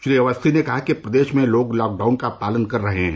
श्री अवस्थी ने कहा कि प्रदेश में लोग लॉकडाउन का पालन कर रहे हैं